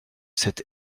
cette